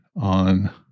on